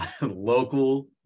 local